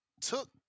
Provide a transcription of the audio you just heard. took